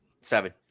Seven